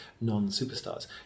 non-superstars